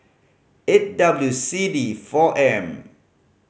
eight W C D four M